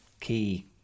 key